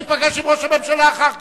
תיפגש עם ראש הממשלה אחר כך.